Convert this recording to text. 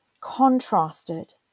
contrasted